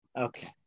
Okay